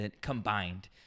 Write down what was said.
combined